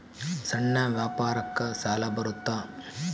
ಸಣ್ಣ ವ್ಯಾಪಾರಕ್ಕ ಸಾಲ ಬರುತ್ತಾ?